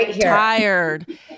tired